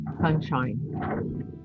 sunshine